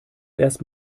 erst